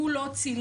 הוא לא צילם,